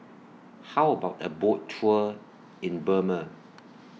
How about A Boat Tour in Burma